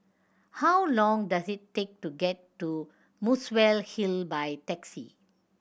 how long does it take to get to Muswell Hill by taxi